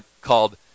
called